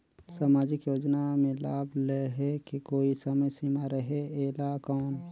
समाजिक योजना मे लाभ लहे के कोई समय सीमा रहे एला कौन?